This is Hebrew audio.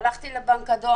הלכתי לבנק הדואר,